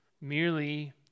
merely